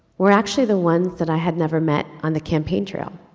were actually the ones that i had never met on the campaign trail.